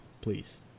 please